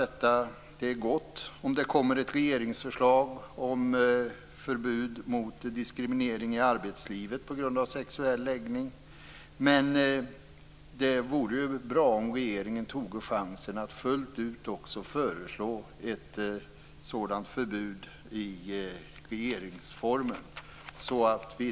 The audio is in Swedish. Det är gott om det kommer ett regeringsförslag om förbud mot diskriminering i arbetslivet på grund av sexuell läggning. Det vore bra om regeringen tog chansen att fullt ut föreslå ett sådant förbud i regeringsformen.